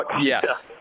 Yes